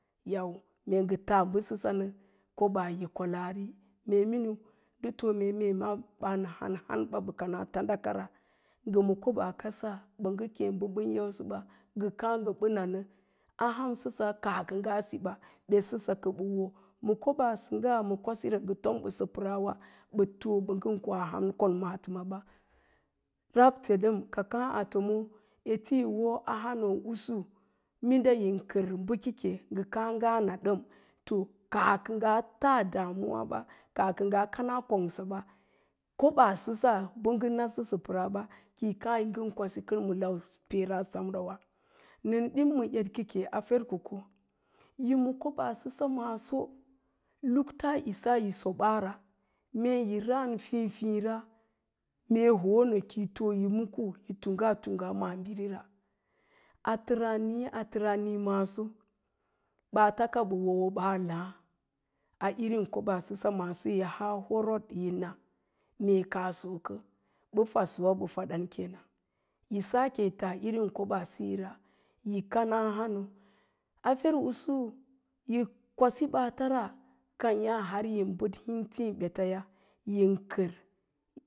Yauwa mee ngə ma kobəaa ndə too mee ɓan hánhánkaɓa ɓə kanaa tandakara, ngə ma koɓaakasa bə wgə kéé bə bən yausəba, mee ngə káá ngə nanə, a hausəsa kaa kə ngaa si ba, betsəsa kə wo, ma koɓaa səngga ma kwasira pəəra nga nanə, a hausəsa kaa kə ngaa si ɓa, betsəsa kə wo, ma ngə yaubəsəsəra, kə bə too ɓəa ngən koa a ham maatəm aɓa, rabte ɗəm ka káá a tomo, ete yi wo a hánoousu mində yin kər bakake ngə káá ngaa na ɗəm to, kaa kə ngaa taa ɗamuwa ba, kaa kə ngaa kana kongsaɓa, koɓaasəsa bə nasəsa oə ɓa ki yi káá yi ngən kwasima kays a peera semrawa nən ɗi-m ma edke ke a ferko ko yi ma koɓaa səsa maaso, luktas'isa yi soɓaara mee yi raan fíí fíí ra, mee y ho'onə ki hik yi mudkə, yi tunggantung a maabirira, ataraaníí atərasnii maaso baats ka ɓə wo, wo ɓaa lás a irin koɓaa səsa maasoya yi haa horoo yi na mee ka sokə bə faisəwa bə fadan kenan, yi sake yi taa irin koɓaasiyira yi kana hánóó a fer'usu yi kwasi baata ra, kééyá har yin bəd intíí ɓetaya yin kər